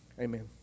Amen